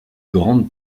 grandes